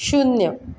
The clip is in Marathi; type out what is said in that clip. शून्य